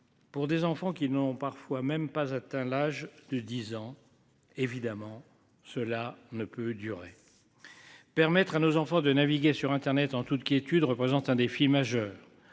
Pour des enfants qui n'ont parfois même pas atteint l'âge de 10 ans. Évidemment, cela ne peut durer. Permettre à nos enfants de naviguer sur Internet en toute quiétude représente un défi majeur.